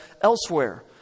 elsewhere